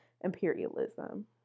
imperialism